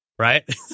Right